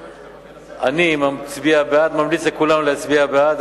אני ממליץ לכולם להצביע בעד,